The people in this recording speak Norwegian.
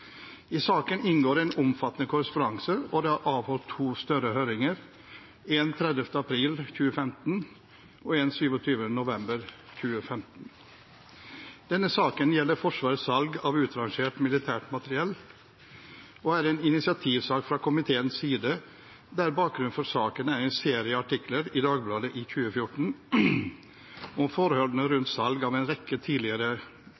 I saken inngår en omfattende korrespondanse, og det er avholdt to større høringer, en 30. april 2015 og en 26. og 27. november 2015. Denne saken gjelder Forsvarets salg av utrangert militært materiell og er en initiativsak fra komiteens side, der bakgrunnen for saken er en serie artikler i Dagbladet i 2014 om forholdene rundt salg av en rekke tidligere